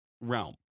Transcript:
realm